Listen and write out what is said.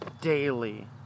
daily